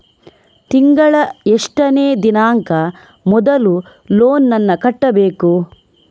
ತಿಂಗಳ ಎಷ್ಟನೇ ದಿನಾಂಕ ಮೊದಲು ಲೋನ್ ನನ್ನ ಕಟ್ಟಬೇಕು?